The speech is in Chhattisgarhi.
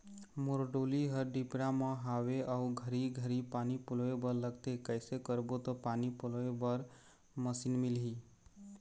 मोर डोली हर डिपरा म हावे अऊ घरी घरी पानी पलोए बर लगथे कैसे करबो त पानी पलोए बर मशीन मिलही?